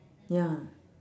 ya